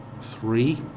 three